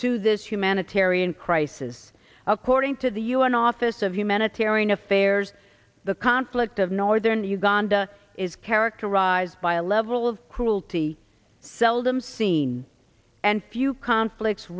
to this humanitarian crisis according to the un office of humanitarian affairs the conflict of northern uganda is characterized by a level of cruelty seldom seen and few conflicts